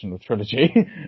Trilogy